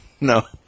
no